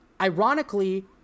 ironically